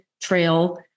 trail